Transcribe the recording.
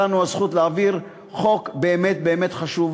לנו הזכות להעביר חוק באמת באמת חשוב